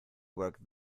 work